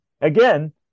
again